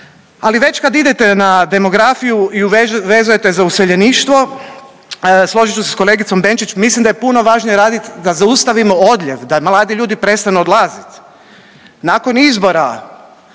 Ali već kad idete na demografiju i vezujete za useljeništvo složit ću se sa kolegicom Benčić mislim da je puno važnije raditi da zaustavimo odljev, da mladi ljudi prestanu odlaziti. Nakon izbora